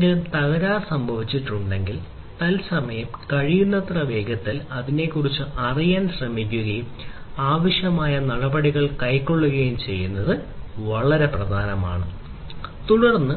എന്തെങ്കിലും തകരാർ സംഭവിച്ചിട്ടുണ്ടെങ്കിൽ തത്സമയം കഴിയുന്നത്ര വേഗത്തിൽ അതിനെക്കുറിച്ച് അറിയാൻ ശ്രമിക്കുകയും ആവശ്യമായ നടപടികൾ കൈക്കൊള്ളുകയും ചെയ്യുന്നത് വളരെ പ്രധാനമാണ് തുടർന്ന്